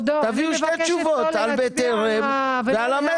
תביאו שתי תשובות על בטרם ועל המטרו.